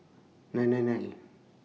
nine nine nine